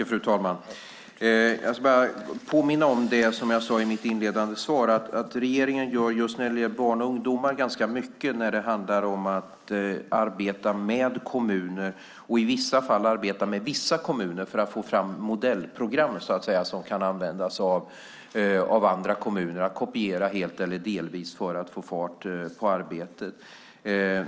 Fru talman! Jag ska bara påminna om det som jag sade i mitt inledande svar, nämligen att när det gäller barn och ungdomar gör regeringen ganska mycket då det handlar om att arbeta med kommunerna. Regeringen arbetar också med vissa kommuner för att få fram modellprogram som kan användas av andra kommuner, program som helt eller delvis kan kopieras för att få fart på arbetet.